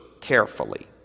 carefully